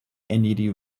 eniri